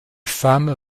femmes